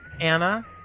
Anna